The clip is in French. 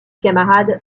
camarades